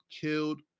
killed